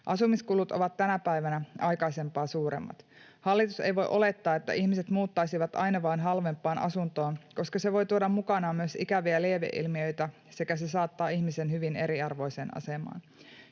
Asumiskulut ovat tänä päivänä aikaisempaa suuremmat. Hallitus ei voi olettaa, että ihmiset muuttaisivat aina vain halvempaan asuntoon, koska se voi tuoda mukanaan myös ikäviä lieveilmiöitä sekä se saattaa ihmisen hyvin eriarvoiseen asemaan.